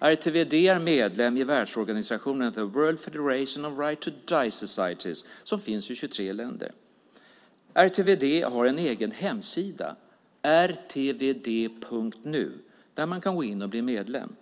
RTVD är medlem i världsorganisationen The World Federation of Right to Die Societies som finns i 23 länder. RTVD har en egen hemsida, RTVD.nu, där man kan gå in och bli medlem.